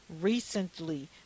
recently